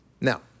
Now